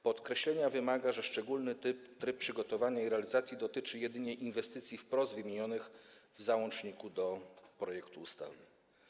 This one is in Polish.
Podkreślenia wymaga, że szczególny tryb przygotowania i realizacji dotyczy jedynie inwestycji wprost wymienionych w załączniku do projektu ustawy.